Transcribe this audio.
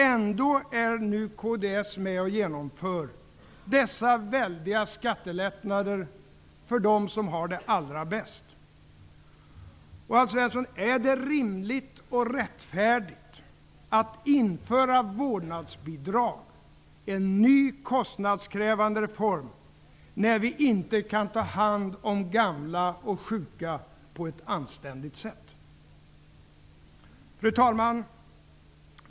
Ändå är kds nu med och genomför dessa väldiga skattelättnader för dem som har det allra bäst. Och är det rimligt och rättfärdigt, Alf Svensson, att införa vårdnadsbidrag -- en ny kostnadskrävande reform -- när vi inte kan ta hand om gamla och sjuka på ett anständigt sätt? Fru talman!